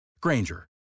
Granger